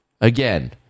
Again